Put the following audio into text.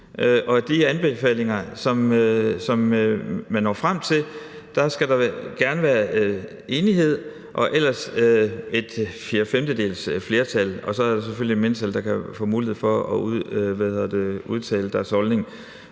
og de anbefalinger, som man når frem til, skal der gerne være enighed om – og ellers et fjerdefemtedelsflertal – og så er der selvfølgelig et mindretal, der kan få mulighed for at udtale deres holdning.